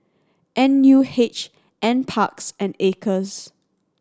N U H Nparks and Acres